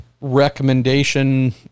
Recommendation